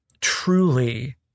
truly